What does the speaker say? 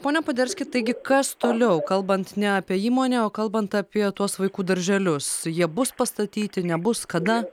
pone poderski taigi kas toliau kalbant apie įmonę o kalbant apie tuos vaikų darželius jie bus pastatyti nebus kada